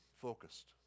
focused